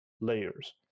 layers